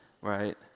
right